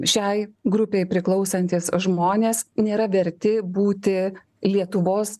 šiai grupei priklausantys žmonės nėra verti būti lietuvos